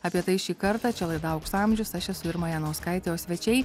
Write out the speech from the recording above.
apie tai šį kartą čia laida aukso amžiaus aš esu irma janauskaitė o svečiai